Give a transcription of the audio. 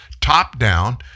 top-down